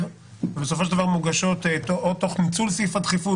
ובסופו של דבר מוגשות או תוך ניצול סעיף הדחיפות,